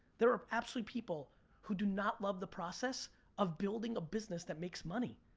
there are absolutely people who do not love the process of building a business that makes money.